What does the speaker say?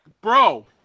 bro